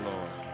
Lord